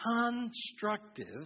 constructive